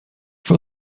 for